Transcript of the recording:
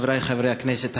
חברי חברי הכנסת,